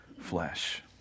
flesh